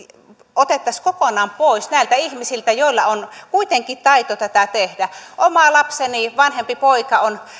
otettaisiin pois näiltä ihmisiltä joilla on kuitenkin taito tätä tehdä oma lapseni vanhempi poikani on